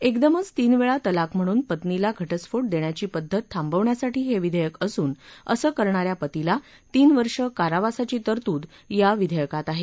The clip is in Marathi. एकदमच तीन वेळा तलाक म्हणून पत्नीला घटस्फोट देण्याची पद्धत थांबवण्यासाठी हे विधेयक असून असं करणा या पतीला तीन वर्ष कारावासाची तरतूद या विधेयकात आहे